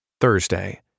Thursday